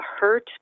hurt